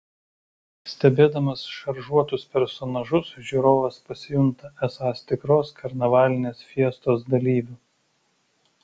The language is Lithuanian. stebėdamas šaržuotus personažus žiūrovas pasijunta esąs tikros karnavalinės fiestos dalyviu